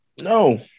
No